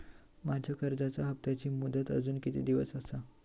माझ्या कर्जाचा हप्ताची मुदत अजून किती दिवस असा?